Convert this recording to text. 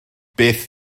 beth